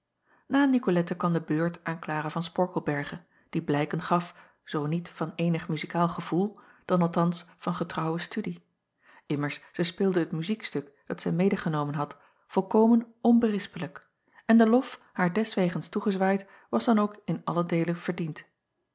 a icolette kwam de beurt aan lara van porkelberghe die blijken gaf zoo niet van eenig muzikaal gevoel dan althans van getrouwe studie immers zij speelde het muziekstuk dat zij medegenomen had volkomen onberispelijk en de lof haar deswegens toegezwaaid was dan ook in allen deele verdiend